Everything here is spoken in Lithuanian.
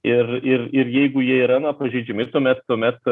ir ir ir jeigu jie yra na pažeidžiami tuomet tuomet